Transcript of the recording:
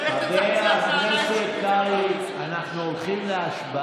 חבר הכנסת אבידר, לא לנהל שיחות.